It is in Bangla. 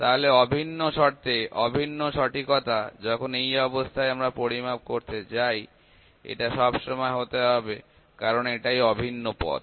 তাহলে অভিন্ন শর্তে অভিন্ন সঠিকতা যখন এই অবস্থায় আমরা পরিমাপ করতে যাই এটা সব সময় হতে হবে কারণ এটাই অভিন্ন পথ